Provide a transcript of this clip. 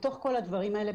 בתוך כל הדברים האלה,